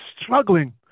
struggling